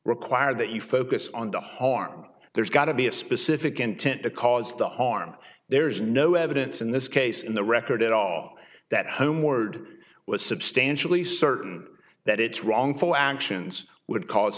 require that you focus on the harm there's got to be a specific intent to cause the harm there's no evidence in this case in the record at all that homeward was substantially certain that it's wrongful actions would c